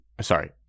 sorry